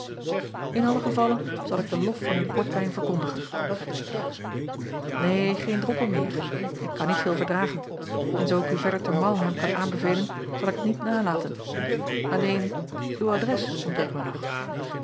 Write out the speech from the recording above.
n allen gevalle zal ik den lof van uw portwijn verkondigen zeî renkelaer neen geen droppel meer ik kan niet veel verdragen en zoo ik u verder te arlheim kan aanbevelen zal ik het niet nalaten alleen uw adres ontbreekt mij nog